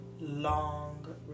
long